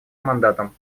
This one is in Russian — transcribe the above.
мандатом